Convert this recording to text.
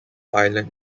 island